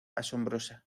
asombrosa